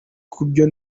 kubyo